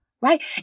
Right